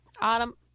Autumn